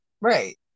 right